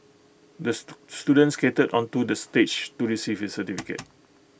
the student skated onto the stage to receive his certificate